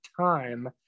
time